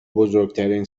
بزرگترین